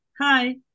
hi